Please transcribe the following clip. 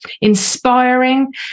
inspiring